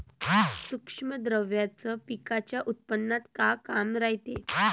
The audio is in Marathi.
सूक्ष्म द्रव्याचं पिकाच्या उत्पन्नात का काम रायते?